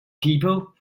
people